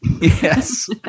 Yes